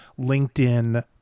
LinkedIn